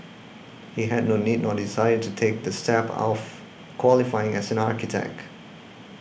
he had no need nor desire to take the step of qualifying as an architect